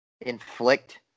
Inflict